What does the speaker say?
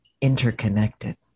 interconnected